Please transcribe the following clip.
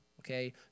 okay